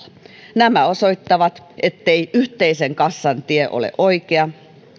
nämä osoittavat ettei yhteisen kassan tie ole oikea